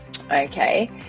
Okay